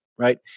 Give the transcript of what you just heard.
right